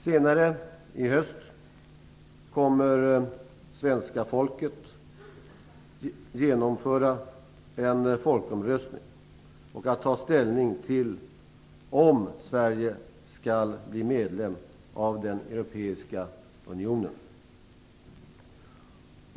Senare i höst kommer svenska folket att genomföra en folkomröstning för att ta ställning till om Sverige skall bli medlem av den europeiska unionen.